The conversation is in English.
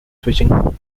switching